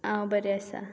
आं बरें आसा